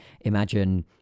imagine